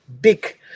big